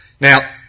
Now